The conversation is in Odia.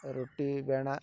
ରୁଟି ବେଲଣା